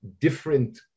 different